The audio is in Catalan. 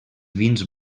vins